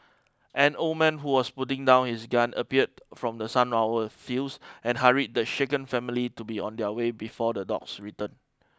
an old man who was putting down his gun appeared from the sunflower fields and hurried the shaken family to be on their way before the dogs return